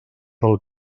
del